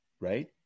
Right